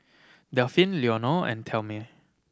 Delphine Leonor and Thelmay